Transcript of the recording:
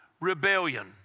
Rebellion